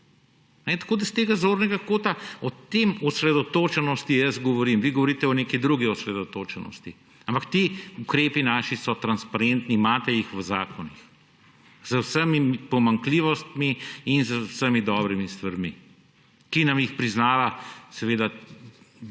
s tega zornega kota o tej osredotočenosti jaz govorim, vi govorite o neki drugi osredotočenosti, ampak ti naši ukrepi so transparentni, imate jih v zakonih z vsemi pomanjkljivostmi in z vsemi dobrimi stvarmi, ki nam jih priznava seveda